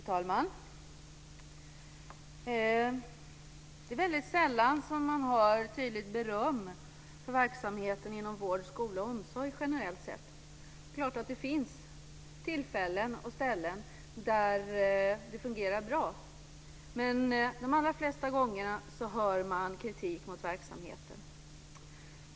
Fru talman! Det är väldigt sällan man generellt sett hör tydligt beröm för verksamheten inom vård, skola och omsorg. Det är klart att det finns tillfällen och ställen där det fungerar bra. Men de allra flesta gångerna hör man kritik mot verksamheten.